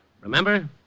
Remember